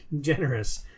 generous